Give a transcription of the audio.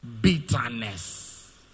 Bitterness